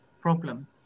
problem